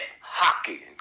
hockey